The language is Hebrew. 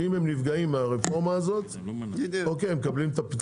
שאם הם נפגעים מהרפורמה הזאת הם מקבלים את הפיצוי.